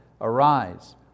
Arise